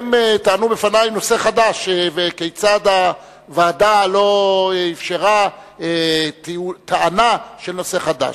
הם טענו בפני שזה נושא חדש וכיצד הוועדה לא אפשרה טענה של נושא חדש.